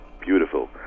beautiful